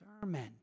sermon